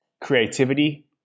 creativity